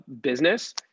business